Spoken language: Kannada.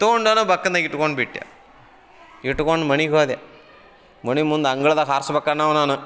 ತೊಗೊಂಡವನು ಬಕ್ಕಣ್ದಾಗೆ ಇಟ್ಕೊಂಡ್ಬಿಟ್ಟೆ ಇಟ್ಕೊಂಡು ಮನಿಗೆ ಹೋದೆ ಮನಿ ಮುಂದ ಅಂಗಳ್ದಾಗ ಹಾರ್ಸ್ಬೇಕನ್ನೋವ್ನ್ ನಾನ